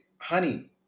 honey